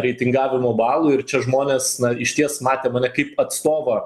reitingavimo balų ir čia žmonės na išties matė mane kaip atstovą